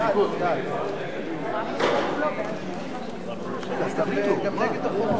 ההסתייגות של קבוצת סיעת חד"ש לסעיף 1 לא